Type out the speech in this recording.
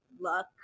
luck